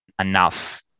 enough